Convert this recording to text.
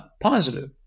positive